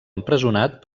empresonat